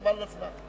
חבל על הזמן.